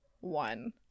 one